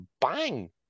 Bang